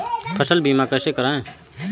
फसल बीमा कैसे कराएँ?